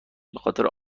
بخاطر